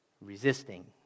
resisting